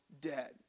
dead